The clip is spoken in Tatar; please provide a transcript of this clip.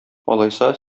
алайса